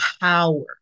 power